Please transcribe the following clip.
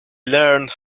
learned